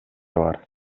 бар